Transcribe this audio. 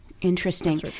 Interesting